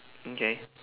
okay